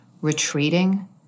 retreating